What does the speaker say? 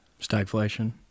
Stagflation